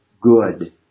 good